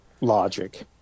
logic